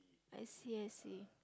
I see I see